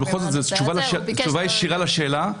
זו תשובה ישירה לשאלה.